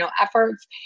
efforts